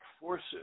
forces